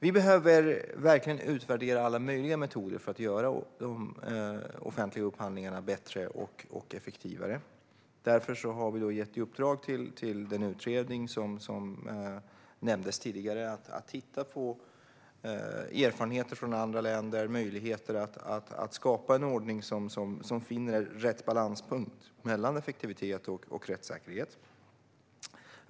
Vi behöver utvärdera alla möjliga metoder för att göra de offentliga upphandlingarna bättre och effektivare. Därför har vi gett i uppdrag till den utredning som nämndes tidigare att titta på erfarenheter från andra länder och möjligheter att skapa en ordning som finner rätt balanspunkt mellan effektivitet och rättssäkerhet.